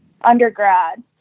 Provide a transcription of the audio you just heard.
undergrad